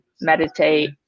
meditate